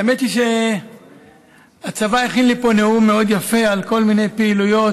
האמת היא שהצבא הכין לי פה נאום מאוד יפה על כל מיני פעילויות